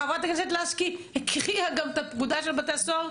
חברת הכנסת לסקי הקריאה את פקודת בתי הסוהר.